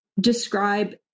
describe